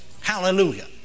Hallelujah